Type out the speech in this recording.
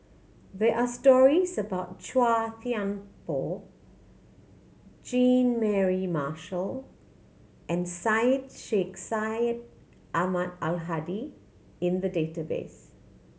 there are stories about Chua Thian Poh Jean Mary Marshall and Syed Sheikh Syed Ahmad Al Hadi in the database